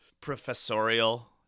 professorial